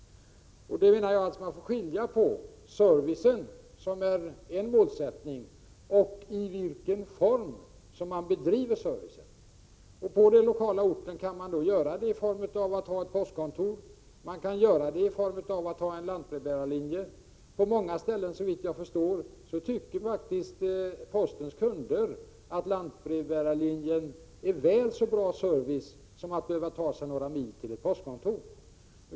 Jag menar att man får skilja på servicen, som är en målsättning, och i vilken form man ger servicen. På den lokala orten kan man då göra det i form av ett postkontor eller i form av en lantbrevbärarlinje. På många ställen tycker faktiskt postens kunder, såvitt jag förstår, att lantbrevbärarlinjen är en väl så bra service som att behöva ta sig några mil till ett postkontor.